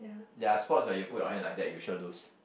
ya spots where you put your hand like that you sure lose